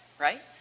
right